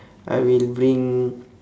I will bring